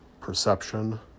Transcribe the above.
perception